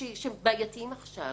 שהם בעייתיים עכשיו,